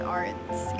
arts